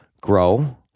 grow